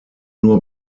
nur